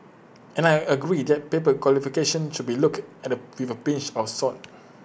and I agree that paper qualifications should be looked at with A pinch of salt